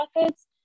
methods